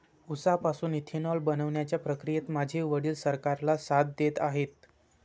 उसापासून इथेनॉल बनवण्याच्या प्रक्रियेत माझे वडील सरकारला साथ देत आहेत